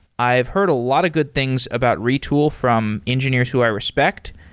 i've heard a lot of good things about retool from engineers who i respect.